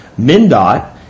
MnDOT